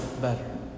better